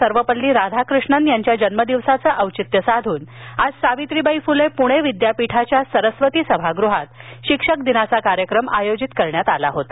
सर्वेपल्ली राधाकृष्णन यांच्या जन्म दिवसाचं औचित्य साधून आज सावित्रीबाई फुले पूणे विद्यापीठाच्या सरस्वती सभागृहात शिक्षक दिनाचा कार्यक्रम आयोजित करण्यात आला होता